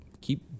keep